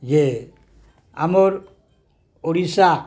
ଯେ ଆମର୍ ଓଡ଼ିଶା